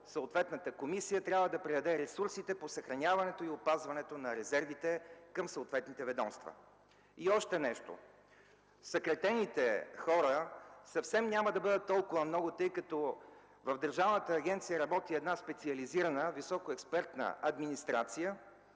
съответната комисия трябва да предаде ресурсите по съхраняването и опазването на резервите към съответните ведомства. И още нещо – съкратените хора съвсем няма да бъдат толкова много, тъй като в държавната агенция работи една специализирана, високоекспертна администрация,